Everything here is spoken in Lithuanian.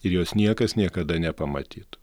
ir jos niekas niekada nepamatytų